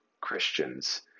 Christians